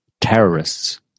terrorists